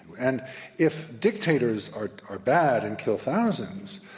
and if dictators are are bad and kill thousands,